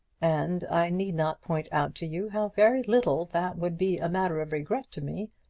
and i need not point out to you how very little that would be a matter of regret to me,